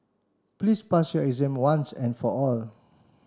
please pass your exam once and for all